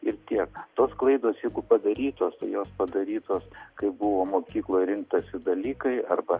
ir tiek tos klaidos padarytos tai jos padarytos kai buvo mokykloj rinktasi dalykai arba